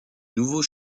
nouveau